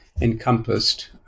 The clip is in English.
encompassed